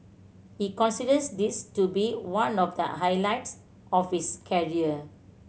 he considers this to be one of the highlights of his carrier